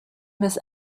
miss